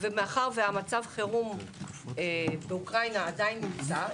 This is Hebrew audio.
ומאחר שמצב החירום באוקראינה עדיין נמצא,